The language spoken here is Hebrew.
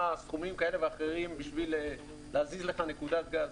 סכומים כאלה ואחרים בשביל להזיז לך נקודת גז.